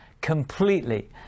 completely